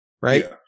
right